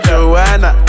Joanna